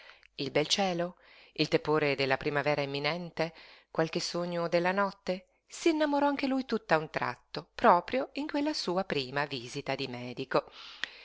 il bel cielo il tepore della primavera imminente qualche sogno della notte s'innamorò anche lui tutt'a un tratto proprio in quella sua prima visita di medico